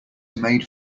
made